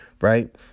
Right